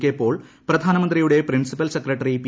K Paul പ്രധാനമന്ത്രിയുടെ principal secretary P